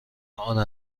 آنها